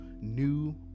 New